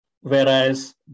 Whereas